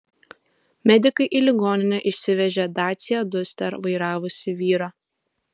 medikai į ligoninę išsivežė dacia duster vairavusį vyrą